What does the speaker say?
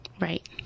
right